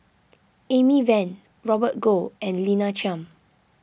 Amy Van Robert Goh and Lina Chiam